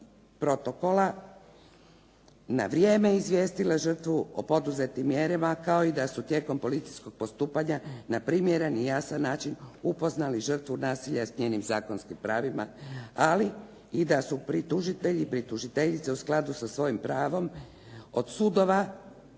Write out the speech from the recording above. Protokola na vrijeme izvijestila žrtvu o poduzetim mjerama kao i da su tijekom policijskog postupanja na primjeren i jasan način upoznali žrtvu nasilja s njenim zakonskim pravima, ali i da su pritužitelji i pritužiteljice u skladu sa svojim pravom od sudova